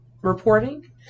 reporting